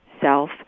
Self